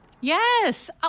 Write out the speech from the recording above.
yes